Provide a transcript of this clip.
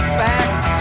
fact